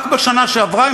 רק בשנה שעברה,